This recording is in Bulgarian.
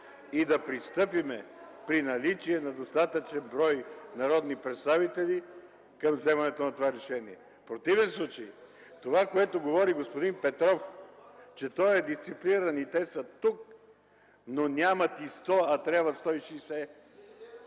и да пристъпим, при наличие на достатъчен брой народни представители, към вземането на това решение. В противен случай това, което говори господин Петров, че той е дисциплиниран и те са тук, но нямат и 100, а трябват 160,